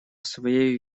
своей